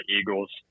eagles